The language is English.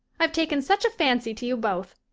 i've taken such a fancy to you both.